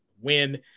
win